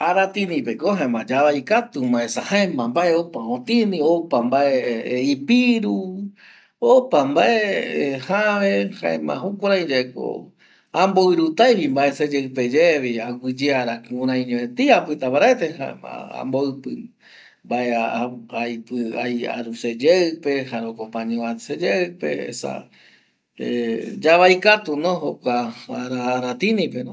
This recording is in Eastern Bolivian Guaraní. Aratini pe ko jaema yavai katu, esa ya no opa vae ipiru jaema jukurei ye ko amboiru tae mbae seyeipe yevi aguye vaera jukureiño apita paraete jaema amboipi vae aru seyeipe, jare jokope vae anboiru seyeipe esa ya no yavaikatu kua aratini pe